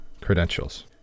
credentials